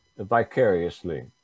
vicariously